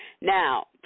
Now